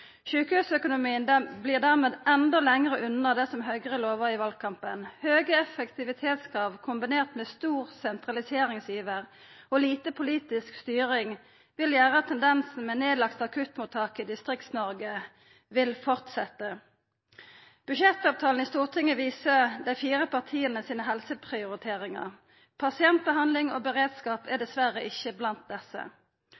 Sjukehusøkonomien vert dermed endå lenger unna det som Høgre lova i valkampen. Høge effektivitetskrav kombinert med stor sentraliseringsiver og lite politisk styring vil gjera at tendensen med nedlagde akuttmottak i Distrikts-Noreg vil fortsetja. Budsjettavtalen i Stortinget viser helseprioriteringane til dei fire partia. Pasientbehandling og beredskap er